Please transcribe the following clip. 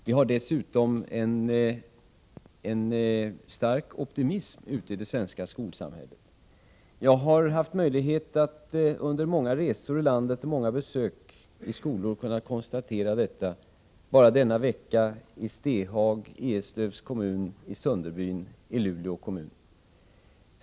Det råder dessutom en stark optimism ute i det svenska skolsamhället. Jag har under många resor i landet och besök i skolor haft möjlighet att konstatera detta. Bara denna vecka har jag varit i Stehag i Eslövs kommun och i Sunderbyn i Luleå kommun.